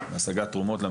אפשר גם את זה לעשות,